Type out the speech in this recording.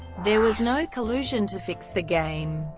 there was no collusion to fix the game.